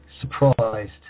surprised